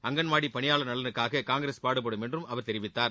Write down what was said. அங்கன்வாடி பணியாளர்கள் நலனுக்காக காங்கிரஸ் பாடுபடும் என்றும் அவர் தெரிவித்தார்